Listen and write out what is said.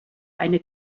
eine